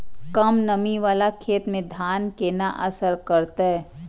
कम नमी वाला खेत में धान केना असर करते?